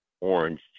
orange